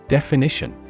Definition